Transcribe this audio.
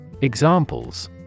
Examples